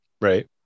Right